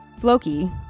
Floki